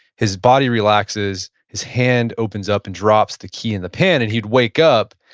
his body relaxes, his hand opens up and drops the key in the pan. and he'd wake up.